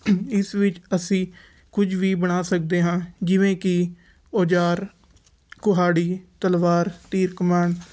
ਇਸ ਵਿੱਚ ਅਸੀਂ ਕੁਝ ਵੀ ਬਣਾ ਸਕਦੇ ਹਾਂ ਜਿਵੇਂ ਕਿ ਔਜ਼ਾਰ ਕੁਹਾੜੀ ਤਲਵਾਰ ਤੀਰ ਕਮਾਨ